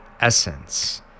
essence